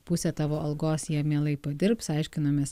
pusę tavo algos jie mielai padirbs aiškinamės